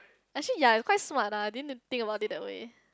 actually ya he quite smart ah I didn't think about it that way